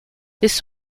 this